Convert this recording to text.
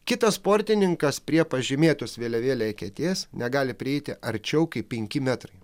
kitas sportininkas prie pažymėtos vėliavėle eketės negali prieiti arčiau kaip penki metrai